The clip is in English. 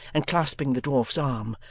and clasping the dwarf's arm,